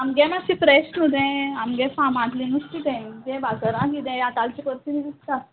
आमगे मात्शें फ्रेश न्हू तें आमगे फामांतलें नुस्तें तें तें बाजारान किदें आतांचें परचें विकता